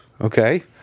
Okay